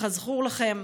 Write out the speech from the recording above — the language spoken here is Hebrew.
וכזכור לכם,